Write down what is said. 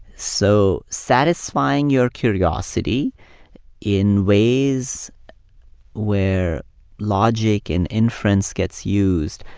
so satisfying your curiosity in ways where logic and inference gets used,